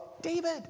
David